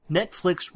Netflix